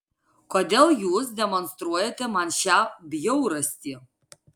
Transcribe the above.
kodėl jūs demonstruojate man šią bjaurastį